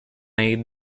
made